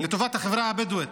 לטובת החברה הבדואית.